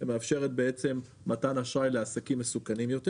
ומאפשרת מתן אשראי לעסקים מסוכנים יותר.